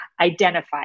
identify